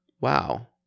wow